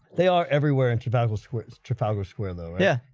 they are everywhere in survival squids, trafalgar square though. yeah,